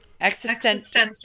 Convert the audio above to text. existential